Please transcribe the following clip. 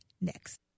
next